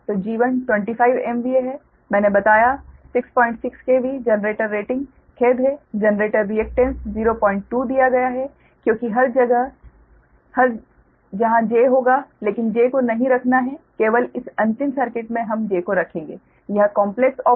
तो G1 25 MVA है मैंने बताया 66 KV जनरेटर रेटिंग खेद है जनरेटर रिएक्टेन्स 02 दिया गया है क्योंकि हर जहां j होगा लेकिन j को नहीं रखना है केवल इस अंतिम सर्किट में हम j को रखेंगे यह कॉम्प्लेक्स ऑपरेटर